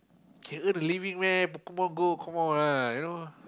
can earn a living meh Pokemon Go come on ah you know